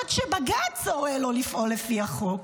עד שבג"ץ הורה לו לפעול לפי החוק.